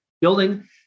building